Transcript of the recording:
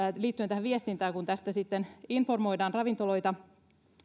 liittyen tähän viestintään kun tästä sitten informoidaan ravintoloita